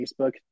Facebook